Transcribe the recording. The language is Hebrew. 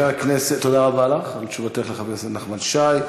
תודה רבה לך על תשובתך לחבר הכנסת נחמן שי.